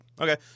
Okay